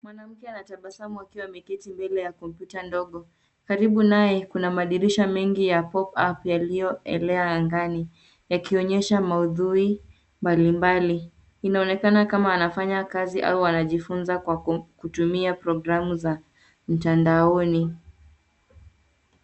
Mwanamke anatabasamu akiwa ameketi mbele ya kompyuta ndogo. Karibu naye kuna madirisha mengi yenye pop up yaliyoelea angani yakionyesha maudhui mbalimbali. Inaonekana kama anafanya kazi au anajifunza kutumia programu za mtandaoni.